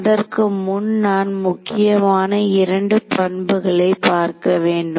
அதற்கு முன் நான் முக்கியமான இரண்டு பண்புகளை பார்க்க வேண்டும்